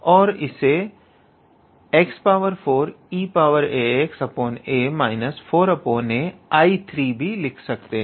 और इसे x4eaxa 4a 𝐼3 भी लिख सकते हैं